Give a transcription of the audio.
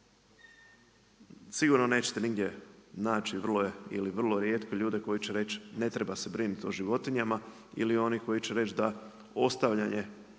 Sigurno nećete nigdje naći ili vrlo rijetko ljude koji će reći ne treba se brinuti o životinjama ili oni koji će reći da ostavljanje